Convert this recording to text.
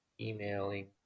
emailing